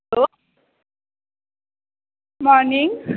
hello morning